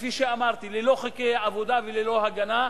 כפי שאמרתי: ללא חוקי עבודה וללא הגנה,